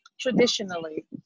Traditionally